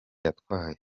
yatwaye